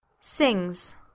sings